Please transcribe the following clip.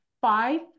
five